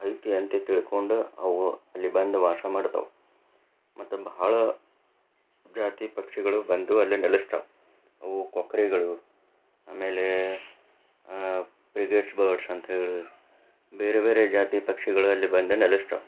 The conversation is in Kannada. ಐತಿ ಅಂತ ತಿಳ್ಕೊಂಡು ಅವು ಅಲ್ಲಿ ಬಂದು ವಾಸ ಮಾಡ್ತಾವು ಮತ್ತೆ ಬಹಳ ಜಾತಿ ಪಕ್ಷಿಗಳು ಬಂದು ಅಲ್ಲಿ ನೆಲೆಸ್ತಾವು ಅವು ಕೊಕ್ಕರೆಗಳು ಆಮೇಲೆ ಫ್ರಿಗೇಟ್ಸ್ ಬರ್ಡ್ಸ್ ಅಂತ ಹೇಳಿ ಬೇರೆ ಬೇರೆ ಜಾತಿ ಪಕ್ಷಿಗಳು ಅಲ್ಲಿ ಬಂದು ನೆಲೆಸ್ತಾವು